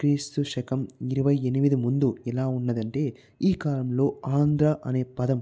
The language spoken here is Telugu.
క్రీస్తు శకం ఇరవై ఎనిమిది ముందు ఎలా ఉన్నదంటే ఈ కాలంలో ఆంధ్ర అనే పదం